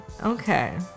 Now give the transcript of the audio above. Okay